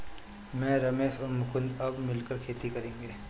मैं, रमेश और मुकुंद अब मिलकर खेती करेंगे